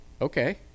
Okay